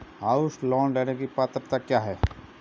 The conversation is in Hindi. हाउस लोंन लेने की पात्रता क्या है?